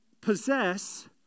possess